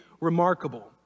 remarkable